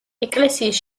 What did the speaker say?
ეკლესიის